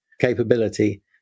capability